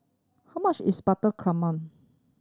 how much is Butter Calamari